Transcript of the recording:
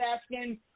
asking